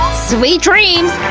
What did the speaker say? sweet dreams,